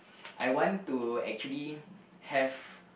I want to actually have